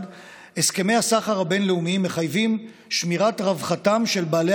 הסכמי הסחר הבין-לאומיים מחייבים את שמירת רווחתם של בעלי